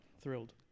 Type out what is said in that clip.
Thrilled